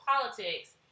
politics